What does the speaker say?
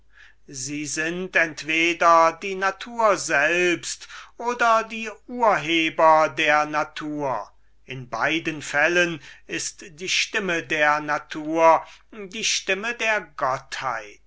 sie entweder die natur selbst oder die urheberin der natur in beiden fällen ist die stimme der natur die stimme der